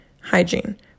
hygiene